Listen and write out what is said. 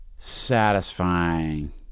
satisfying